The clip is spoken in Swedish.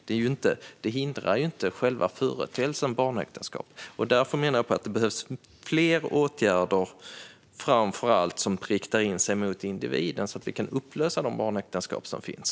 Det hindrar inte själva företeelsen barnäktenskap. Därför menar jag att det behövs fler åtgärder som framför allt riktar in sig på individen så att vi kan upplösa de barnäktenskap som finns.